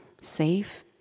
safe